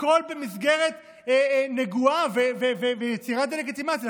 הכול במסגרת נגועה ויצירת דה-לגיטימציה.